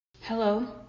Hello